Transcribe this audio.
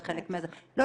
זה חלק מ- -- לא,